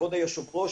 כבוד היושבת-ראש,